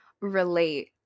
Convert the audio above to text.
relate